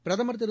பிரதமர் திரு